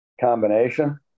combination